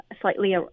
slightly